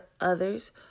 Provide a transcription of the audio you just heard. others